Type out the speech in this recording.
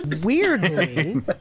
Weirdly